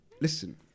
listen